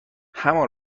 همان